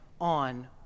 on